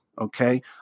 Okay